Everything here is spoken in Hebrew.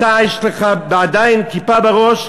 יש לך עדיין כיפה על הראש,